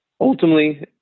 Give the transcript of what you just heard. Ultimately